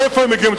מאיפה הם מגיעים?